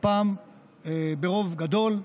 הפעם ברוב גדול,